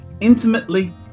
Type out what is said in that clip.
intimately